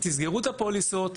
תסגרו את הפוליסות,